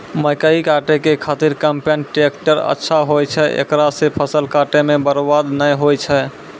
मकई काटै के खातिर कम्पेन टेकटर अच्छा होय छै ऐकरा से फसल काटै मे बरवाद नैय होय छै?